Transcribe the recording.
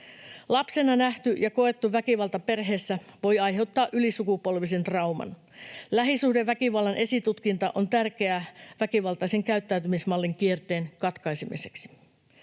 Lapsena nähty ja koettu väkivalta perheessä voi aiheuttaa ylisukupolvisen trauman. Lähisuhdeväkivallan esitutkinta on tärkeää väkivaltaisen käyttäytymismallin kierteen katkaisemiseksi.